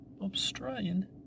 Australian